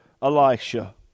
Elisha